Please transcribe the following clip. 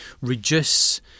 reduce